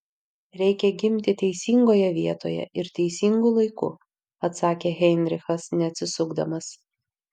reikia gimti teisingoje vietoje ir teisingu laiku atsakė heinrichas neatsisukdamas